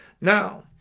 Now